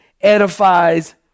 edifies